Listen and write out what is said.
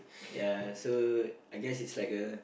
ya so I guess it's like a